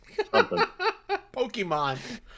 Pokemon